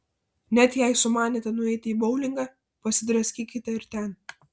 net jei sumanėte nueiti į boulingą pasidraskykite ir ten